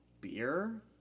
beer